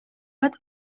bat